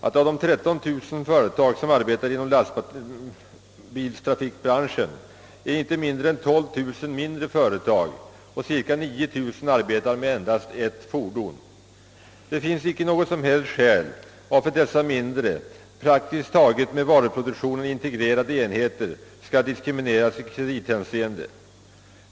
Av de 13 000 företag som arbetar inom lastbilstrafiken är inte mindre än 12000 mindre företag, omkring 9 000 av dem arbetar med endast ett fordon. Det finns inget som helst skäl till att dessa mindre, i varuproduktionen praktiskt taget integrerade enheter skall diskrimineras i kredithänseende.